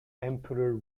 emperor